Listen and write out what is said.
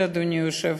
שהנושא, אדוני היושב-ראש,